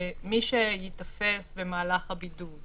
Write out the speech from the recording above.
מי שייתפס במהלך הבידוד,